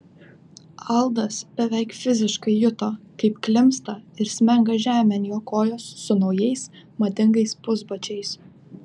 aldas beveik fiziškai juto kaip klimpsta ir smenga žemėn jo kojos su naujais madingais pusbačiais